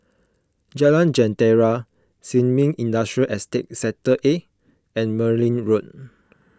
Jalan Jentera Sin Ming Industrial Estate Sector A and Merryn Road